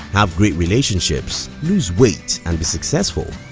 have great relationships, lose weight and be successful.